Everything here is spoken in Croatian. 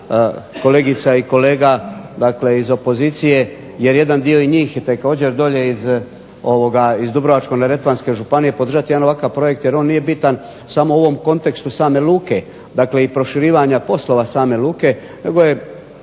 kolegica i kolega iz opozicije jer je jedan dio njih također dolje iz Dubrovačko-neretvanske županije podržati jedan ovakav projekt jer on nije bitan samo u ovom kontekstu same luke, dakle proširivanja poslova same luke, nego je